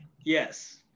Yes